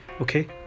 Okay